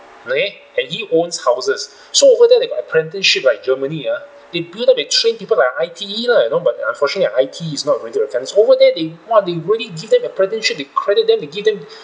okay and he owns houses so over there they got apprenticeship like germany uh they build up and train people like I_T_E lah you know but unfortunately I_T_E is not really apprenticeship over there they really give them apprenticeship they credit them they give them